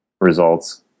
results